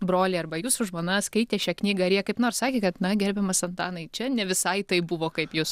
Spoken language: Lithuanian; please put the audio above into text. broliai arba jūsų žmona skaitė šią knygą ar jie kaip nors sakė kad na gerbiamas antanai čia ne visai taip buvo kaip jūs